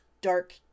dark